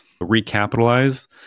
recapitalize